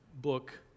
book